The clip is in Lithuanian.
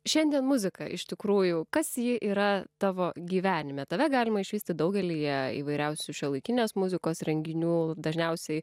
šiandien muzika iš tikrųjų kas ji yra tavo gyvenime tave galima išvysti daugelyje įvairiausių šiuolaikinės muzikos renginių dažniausiai